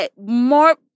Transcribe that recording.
more